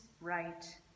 right